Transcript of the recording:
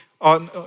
on